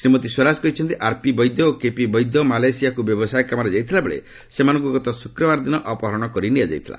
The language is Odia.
ଶ୍ରୀମତୀ ସ୍ୱରାଜ କହିଛନ୍ତି ଆର୍ପି ବୈଦ୍ୟ ଓ କେପି ବୈଦ୍ୟ ମାଲେସିଆକୁ ବ୍ୟବସାୟ କାମରେ ଯାଇଥିବାବେଳେ ସେମାନଙ୍କୁ ଗତ ଶୁକ୍ରବାର ଦିନ ଅପହରଣ କରି ନିଆଯାଇଥିଲା